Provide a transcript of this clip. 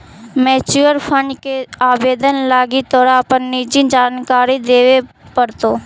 mutual fund के आवेदन लागी तोरा अपन निजी जानकारी देबे पड़तो